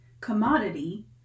commodity